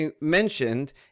mentioned